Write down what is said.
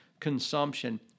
consumption